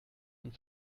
und